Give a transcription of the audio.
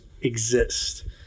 exist